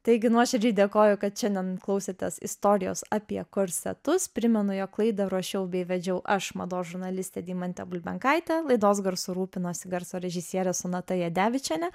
taigi nuoširdžiai dėkoju kad šiandien klausėtės istorijos apie korsetus primenu jog laidą ruošiau bei vedžiau aš mados žurnalistė deimantė bulbenkaitė laidos garsu rūpinosi garso režisierė sonata jadevičienė